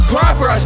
Proper